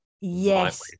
Yes